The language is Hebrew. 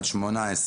נמצאת פה